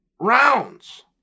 rounds